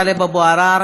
חבר הכנסת טלב אבו עראר,